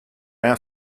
our